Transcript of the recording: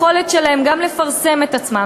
והיכולת שלהם לפרסם את עצמם,